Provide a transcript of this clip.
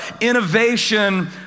innovation